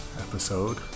episode